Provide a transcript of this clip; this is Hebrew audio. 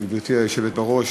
גברתי היושבת בראש,